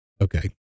okay